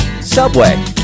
Subway